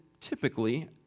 typically